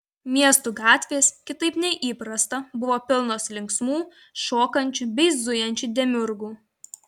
miestų gatvės kitaip nei įprasta buvo pilnos linksmų šokančių bei zujančių demiurgų